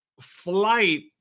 Flight